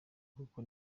kuko